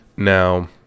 Now